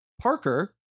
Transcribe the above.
Parker